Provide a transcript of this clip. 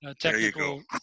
technical